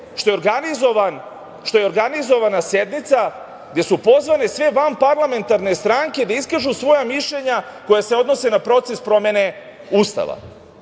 što je organizovana sednica gde su pozvane sve vanparlamentarne stranke da iskažu svoja mišljenja koja se odnose na proces promene Ustava. Na